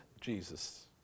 Jesus